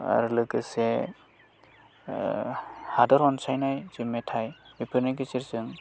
आरो लोगोसे हादर अनसायनाय जि मेथाय बेफोरनि गेजेरजों